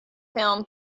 film